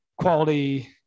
quality